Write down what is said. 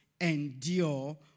endure